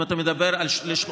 על,